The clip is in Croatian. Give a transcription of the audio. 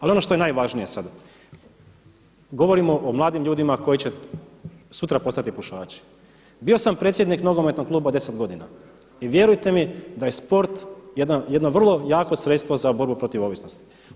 Ali ono što je najvažnije sada, govorimo o mladim ljudima koji će sutra postati pušači, bio sam predsjednik nogometnog kluba deset godina i vjerujte mi da je sport jedno vrlo jako sredstvo za borbu protiv ovisnosti.